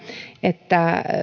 että